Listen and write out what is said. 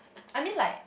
I mean like